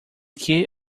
key